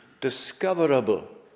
discoverable